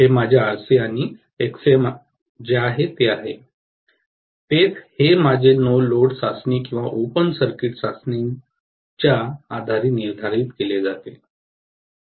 हे माझे RC आणि Xm जे आहे ते आहे तेच हे माझ्या नो लोड चाचणी किंवा ओपन सर्किट चाचणीच्या आधारे निर्धारित केले जाते